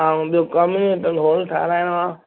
हा ऐं ॿियो कम्यूनिटी हॉल ठाहिराइणो आहे